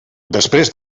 després